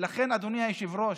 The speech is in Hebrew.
אדוני היושב-ראש,